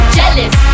jealous